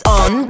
on